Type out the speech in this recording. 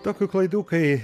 tokių klaidų kai